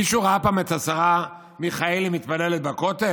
מישהו ראה פעם את השרה מיכאלי מתפללת בכותל?